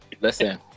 Listen